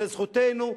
זו זכותנו,